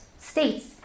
states